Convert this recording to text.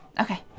Okay